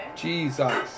jesus